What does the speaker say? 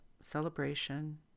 celebration